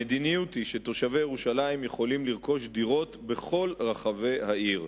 המדיניות היא שתושבי ירושלים יכולים לרכוש דירות בכל רחבי העיר.